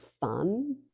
fun